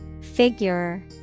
Figure